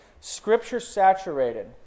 Scripture-saturated